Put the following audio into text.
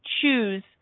choose